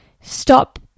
stop